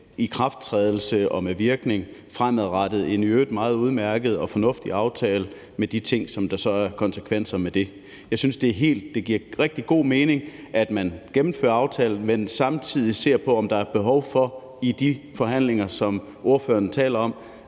ikrafttrædelse og med virkning fremadrettet, en i øvrigt meget udmærket og fornuftig aftale med de ting, som der så er af konsekvenser ved det. Jeg synes, det giver rigtig god mening, at man gennemfører aftalen, men samtidig ser på, om der i de forhandlinger, som spørgeren taler om,